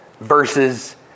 versus